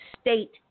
State